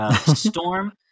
Storm